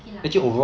K lah